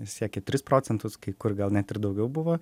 siekė tris procentus kai kur gal net ir daugiau buvo